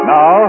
Now